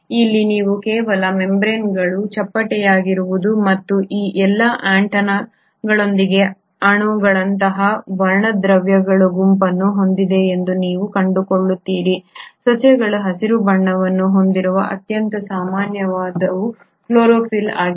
ಇಲ್ಲಿ ನೀವು ಕೇವಲ ಮೆಂಬ್ರೇನ್ಗಳು ಚಪ್ಪಟೆಯಾಗಿರುವುದು ಮತ್ತು ಈ ಎಲ್ಲಾ ಆಂಟೆನಾಗಳೊಂದಿಗೆ ಅಣುಗಳಂತಹ ವರ್ಣದ್ರವ್ಯಗಳ ಗುಂಪನ್ನು ಹೊಂದಿದೆ ಎಂದು ನೀವು ಕಂಡುಕೊಳ್ಳುತ್ತೀರಿ ಸಸ್ಯಗಳು ಹಸಿರು ಬಣ್ಣವನ್ನು ಹೊಂದಿರುವ ಅತ್ಯಂತ ಸಾಮಾನ್ಯವಾದವು ಕ್ಲೋರೊಫಿಲ್ ಆಗಿದೆ